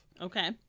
okay